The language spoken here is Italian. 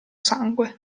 sangue